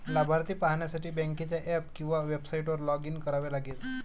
लाभार्थी पाहण्यासाठी बँकेच्या ऍप किंवा वेबसाइटवर लॉग इन करावे लागेल